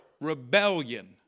rebellion